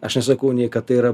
aš nesakau nei kad tai yra